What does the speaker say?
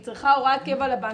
היא צריכה הוראת קבע לבנק,